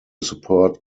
support